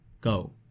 Go